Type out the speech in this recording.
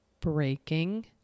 Breaking